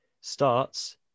starts